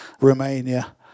Romania